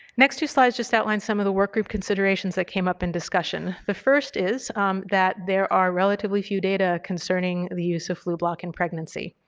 next two slides just outline some of the work group considerations that came up in discussion. the first is that there are relatively few data concerning the use of flublok in pregnancy.